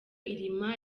irma